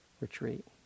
retreat